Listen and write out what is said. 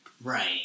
Right